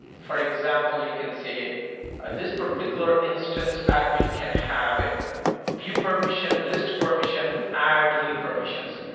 for example, you can say, at this particular instance, admin can have a ah view permission, list permission, add delete permissions.